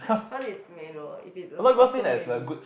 cause it's manual if it's auto maybe